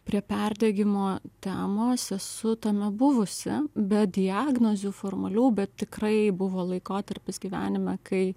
prie perdegimo temos esu tame buvusi be diagnozių formalių bet tikrai buvo laikotarpis gyvenime kai